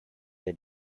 they